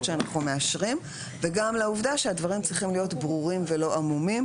שאנחנו מאשרים וגם על העובדה שהדברים צריכים להיות ברורים ולא עמומים